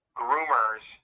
groomers